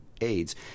AIDS